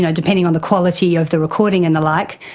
yeah depending on the quality of the recording and the like,